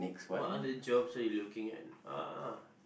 what other jobs are you looking at ah